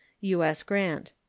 u s. grant.